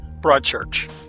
broadchurch